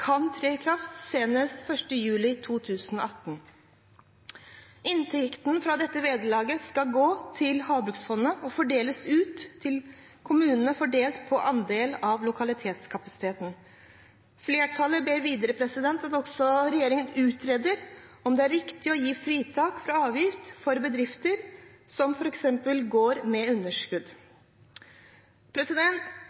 kan tre i kraft senest 1. juli 2018. Inntekten fra dette vederlaget skal gå til havbruksfondet og fordeles ut til kommunene fordelt på andel av lokalitetskapasiteten. Flertallet ber videre om at regjeringen utreder om det er riktig å gi fritak for avgift f.eks. for bedrifter som går med underskudd.